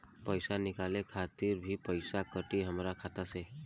पईसा निकाले खातिर भी पईसा कटी हमरा खाता से?